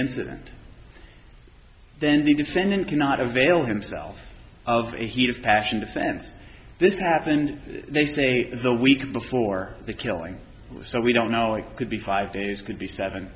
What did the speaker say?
incident then the defendant cannot avail himself of heat of passion defense this happened they say the week before the killing so we don't know i could be five days could be seven